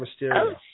Mysterio